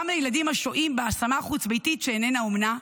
גם לילדים השוהים בהשמה חוץ-ביתית שאיננה אומנה,